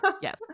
Yes